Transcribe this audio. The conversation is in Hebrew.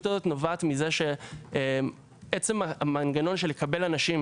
הזאת נובעת מזה שעצם המנגנון של לקבל אנשים,